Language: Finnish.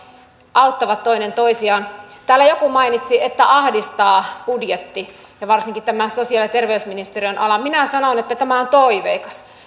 auttavat toinen toisiaan täällä joku mainitsi että ahdistaa budjetti ja varsinkin tämä sosiaali ja terveysministeriön ala minä sanon että tämä on toiveikas